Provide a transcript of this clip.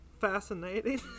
fascinating